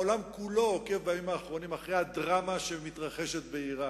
העולם כולו עוקב בימים האחרונים אחרי הדרמה שמתרחשת באירן,